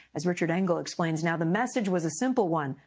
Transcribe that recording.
as richard engel explains now, the message was a simple one,